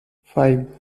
five